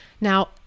Now